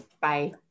Bye